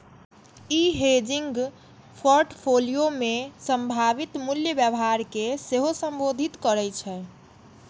ई hedging portfolio मे संभावित मूल्य व्यवहार कें सेहो संबोधित करै छै